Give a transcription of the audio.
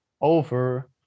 over